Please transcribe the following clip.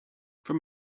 from